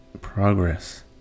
progress